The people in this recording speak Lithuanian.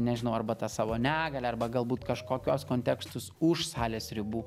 nežinau arba tą savo negalią arba galbūt kažkokios kontekstus už salės ribų